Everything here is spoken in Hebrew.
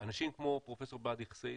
אנשים כמו פרופ' באדי חסייסי,